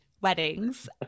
weddings